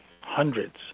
hundreds